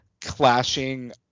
clashing